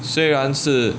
虽然是